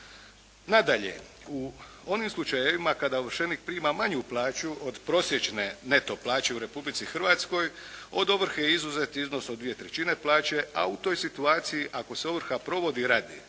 Nadalje, u onim slučajevima kada ovršenik prima manju plaću od prosječne neto plaće u Republici Hrvatskoj, od ovrhe je izuzet iznos od dvije trećine plaće, a u toj situaciji ako se ovrha provodi radi